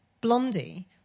Blondie